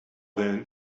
then